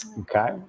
Okay